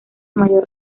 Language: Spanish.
mayor